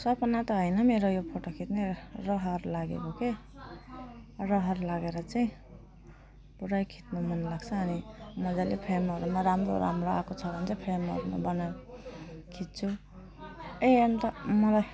सपना त होइन मेरो यो फोटो खिच्ने रहर लागेको के रहर लागेर चाहिँ पुरा खिच्नु मन लाग्छ अनि मजाले फ्रेमहरूमा राम्रो राम्रो आएको छ भने चाहिँ फ्रेमहरूमा बनाएर खिच्छु ए अन्त मलाई